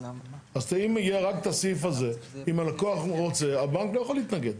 אז אם יהיה, אם הלקוח רוצה, הבנק לא יכול להתנגד.